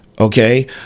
Okay